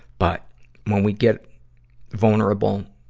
but when we get vulnerable